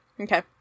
Okay